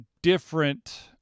different